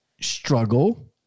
struggle